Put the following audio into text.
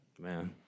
Man